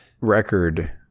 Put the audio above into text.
record